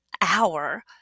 hour